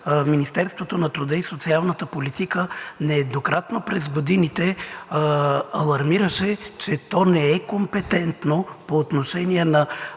Министерството на труда и социалната политика нееднократно през годините алармираше, че то не е компетентно по отношение на